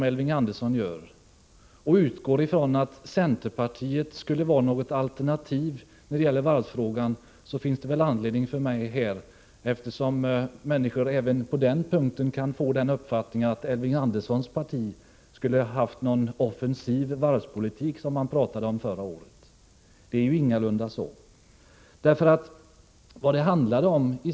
Elving Andersson påstår att centerpartiet skulle ha alternativ när det gäller varvsfrågan. Människor kan eventuellt få uppfattningen att Elving Anderssons parti skulle ha haft en offensiv varvspolitik, som man talade om förra året. Det är ingalunda så.